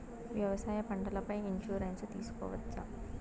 వ్యవసాయ పంటల పై ఇన్సూరెన్సు తీసుకోవచ్చా?